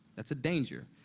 that's a danger.